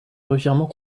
revirement